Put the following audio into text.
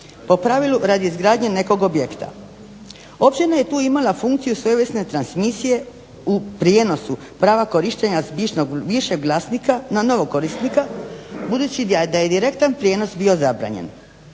po pravilu radi izgradnje nekog objekta. Općina je tu imala funkciju svojevrsne transmisije u prijenosu prava korištenja s bivšeg vlasnika na novog korisnika budući da je direktan prijenos bio zabranjen.